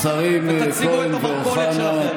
השרים כהן ואוחנה,